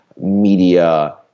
media